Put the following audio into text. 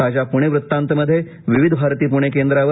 ताज्या पुणे वृत्तांतमध्ये विविध भारती पुणे केंद्रावर